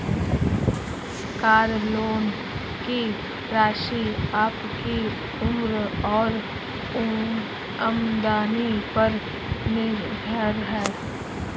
car loan की राशि आपकी उम्र और आमदनी पर निर्भर है